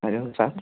hello sir